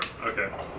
Okay